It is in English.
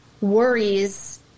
worries